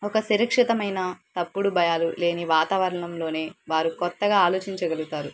ఒక సురక్షితమైన తప్పుడు భయాలు లేని వాతావరణంలోనే వారు కొత్తగా ఆలోచించగలుగుతారు